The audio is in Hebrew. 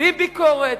בלי ביקורת,